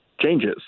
changes